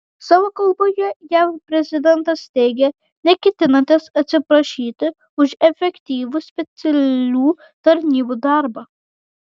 savo kalboje jav prezidentas teigė neketinantis atsiprašyti už efektyvų specialių tarnybų darbą